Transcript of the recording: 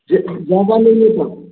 ज ज़्यादा लेंगे तब